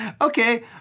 Okay